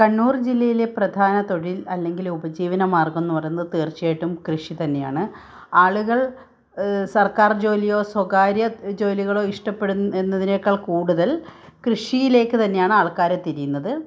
കണ്ണൂർ ജില്ലയിലെ പ്രധാന തൊഴിൽ അല്ലെങ്കിൽ ഉപജീവനമാർഗം എന്ന് പറയുന്നത് തീർച്ചയായിട്ടും കൃഷി തന്നെയാണ് ആളുകൾ സർക്കാർ ജോലിയോ സ്വകാര്യ ജോലികളോ ഇഷ്ടപ്പെടും എന്നതിനേക്കാൾ കൂടുതൽ കൃഷിയിലേക്ക് തന്നെയാണ് ആൾക്കാർ തിരിയുന്നത്